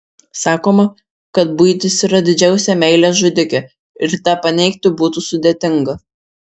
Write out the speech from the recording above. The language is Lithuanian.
sakoma kad buitis yra didžiausia meilės žudikė ir tą paneigti būtų sudėtinga